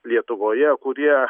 lietuvoje kurie